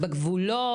בגבולות?